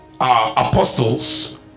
apostles